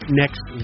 next